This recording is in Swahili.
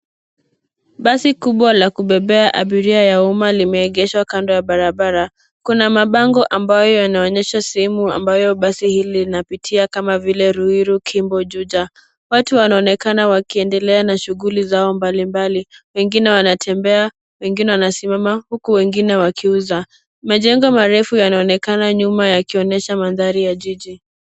Basi kubwa la kupebea abiria ya umma limeekeshwa kando ya barabara .Kuna mapango ambayo inaonyesha sehemu ambayo basi hili inapitia kama vile Ruiru ,Kimbo na Juja, watu wanaonekana wakiendelea na shughuli zao mbalimbali wengine wanatembea wengine wanasimama uku wengine wakiusa, majengo marefu yanaonekana nyuma yanaonyesha mandhari ya jiji